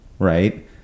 Right